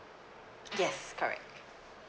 yes correct